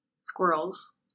Squirrels